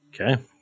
Okay